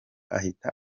ahita